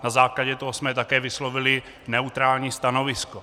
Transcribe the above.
Na základě toho jsme také vyslovili neutrální stanovisko.